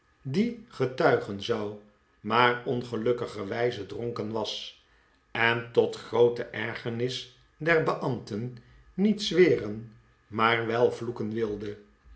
die getuigen zou maar ongelukkigerwijze dronken was en tot groote ergernis der beambten niet zweren maar wel vloeken wilde